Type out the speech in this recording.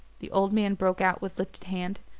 the older man broke out with lifted hand.